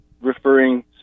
referring